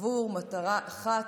עבור מטרה אחת.